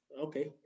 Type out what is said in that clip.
Okay